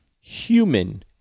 human